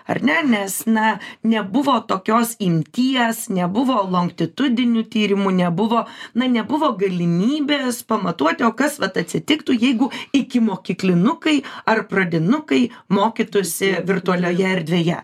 ar ne nes na nebuvo tokios imties nebuvo lonktitudinių tyrimų nebuvo na nebuvo galimybės pamatuoti o kas vat atsitiktų jeigu ikimokyklinukai ar pradinukai mokytųsi virtualioje erdvėje